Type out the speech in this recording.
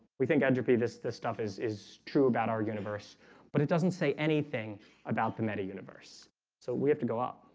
we think entropy this this stuff is is true about our universe but it doesn't say anything about the meta universe so we have to go up